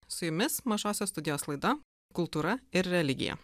su jumis mažosios studijos laida kultūra ir religija